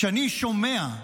כשאני שומע,